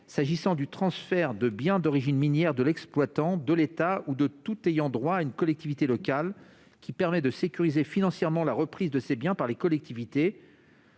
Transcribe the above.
propos du transfert de biens d'origine minière de l'exploitant, de l'État ou de tout ayant droit à une collectivité locale. Il tend ainsi à sécuriser financièrement la reprise de ces biens par les collectivités,